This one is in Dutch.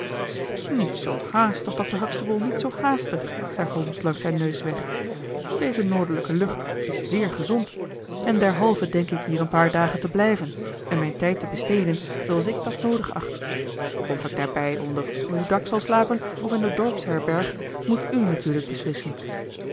niet zoo haastig dr huxtable niet zoo haastig zei holmes langs zijn neus weg deze noordelijke lucht is zeer gezond en derhalve denk ik hier een paar dagen te blijven en mijn tijd te besteden zooals ik dat noodig acht of ik daarbij onder uw dak zal slapen of in de dorpsherberg moet u natuurlijk beslissen